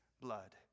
blood